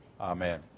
Amen